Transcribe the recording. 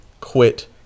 quit